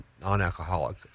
non-alcoholic